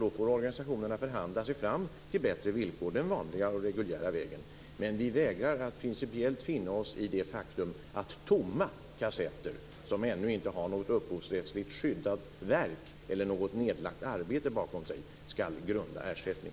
Då får organisationerna förhandla sig fram till bättre villkor den vanliga och reguljära vägen. Vi vägrar principiellt att finna oss i det faktum att tomma kassetter som ännu inte har något upphovsrättsligt skyddat verk eller något nedlagt arbete bakom sig skall grunda ersättning.